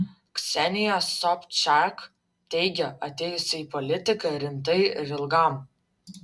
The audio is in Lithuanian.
ksenija sobčiak teigia atėjusi į politiką rimtai ir ilgam